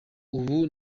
ubu